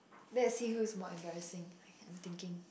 that's she who is more embarrassing I can't thinking